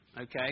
okay